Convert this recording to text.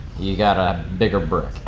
you got a bigger brick.